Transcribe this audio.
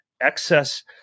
excess